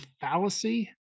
fallacy